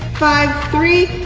five, three,